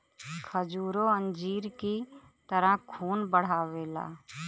खजूरो अंजीर की तरह खून बढ़ावेला